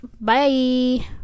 bye